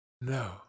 No